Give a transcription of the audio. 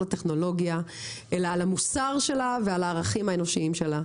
הטכנולוגיה אלא על המוסר שלה ועל הערכים האנושיים שלה.